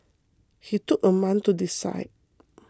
he took a month to decide